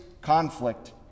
conflict